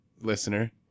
listener